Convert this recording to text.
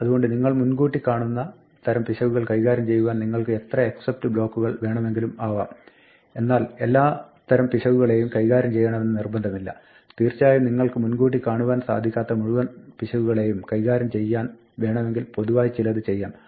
അതുകൊണ്ട് നിങ്ങൾ മുൻകൂട്ടി കാണുന്ന തരം പിശകുകൾ കൈകാര്യം ചെയ്യുവാൻ നിങ്ങൾക്ക് എത്ര except ബ്ലോക്കുകൾ വേണമെങ്കിലും ആവാം എന്നാൽ എല്ലാതരം പിശകുകളെയും കൈകാര്യം ചെയ്യണമെന്ന് നിർബന്ധമില്ല തീർച്ചയായും നിങ്ങൾക്ക് മുൻകൂട്ടി കാണുവാൻ സാധിക്കാത്ത മുഴുവൻ പിശകുകളെയും കൈകാര്യം ചെയ്യാൻ വേണമെങ്കിൽ പൊതുവായി ചിലത് ചെയ്യാം